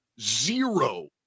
zero